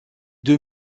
deux